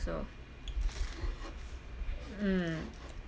so mm